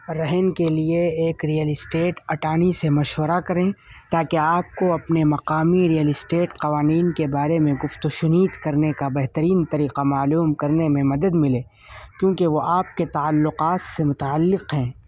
رہن کے لیے ایک ریئل اسٹیٹ اٹانی سے مشورہ کریں تاکہ آپ کو اپنے مقامی ریئل اسٹیٹ قوانین کے بارے میں گفت و شنید کرنے کا بہترین طریقہ معلوم کرنے میں مدد ملے کیونکہ وہ آپ کے تعلقات سے متعلق ہیں